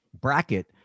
bracket